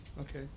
Okay